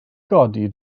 godi